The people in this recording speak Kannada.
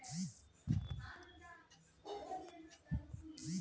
ನಾವು ಪ್ರತಿದಿನ ಕಾಗದ ಬಳಸ್ತಿವಿ ಕಾಗದನ ತಯಾರ್ಸಲು ವಿಭಿನ್ನ ರೀತಿ ಯಂತ್ರಗಳು ಚಾಲ್ತಿಯಲ್ಲಯ್ತೆ